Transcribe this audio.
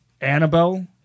Annabelle